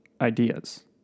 ideas